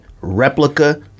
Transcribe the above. replica